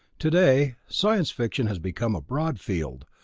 today, science-fiction has become a broad field,